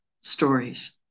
stories